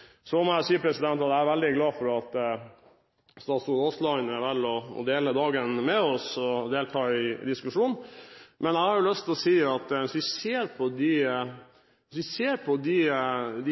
så vidt godt for den videre debatten. Så må jeg si at jeg er veldig glad for at statsråd Aasland velger å dele dagen med oss og delta i diskusjonen. Hvis vi ser på